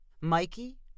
Mikey